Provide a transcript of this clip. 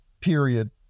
period